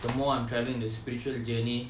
the more I'm travelling the spiritual journey